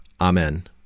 Amen